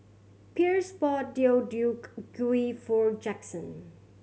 Pierce bought Deodeok Gui for Jackson